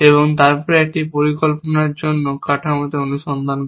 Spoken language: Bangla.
এবং তারপরে একটি পরিকল্পনার জন্য কাঠামোতে অনুসন্ধান করে